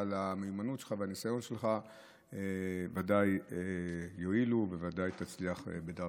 אבל המיומנות שלך והניסיון שלך ודאי יועילו ובוודאי תצליח בדרכך.